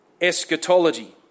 Eschatology